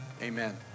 amen